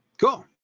cool